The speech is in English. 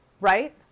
right